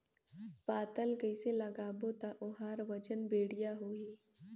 पातल कइसे लगाबो ता ओहार वजन बेडिया आही?